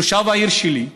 תושב העיר שלי,